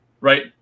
right